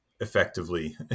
effectively